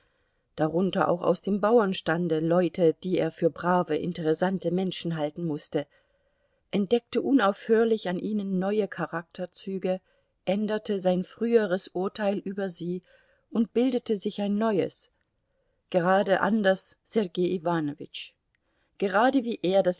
darunter auch aus dem bauernstande leute die er für brave interessante menschen halten mußte entdeckte unaufhörlich an ihnen neue charakterzüge änderte sein früheres urteil über sie und bildete sich ein neues ganz anders sergei iwanowitsch gerade wie er